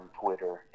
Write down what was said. Twitter